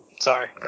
sorry